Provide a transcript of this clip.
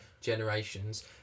generations